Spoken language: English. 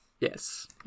yes